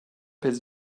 his